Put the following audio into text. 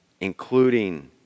including